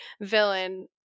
villain